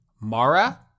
Mara